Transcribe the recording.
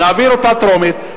נעביר אותה בקריאה טרומית,